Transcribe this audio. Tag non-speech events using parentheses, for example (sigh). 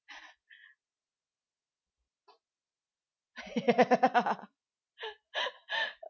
(laughs)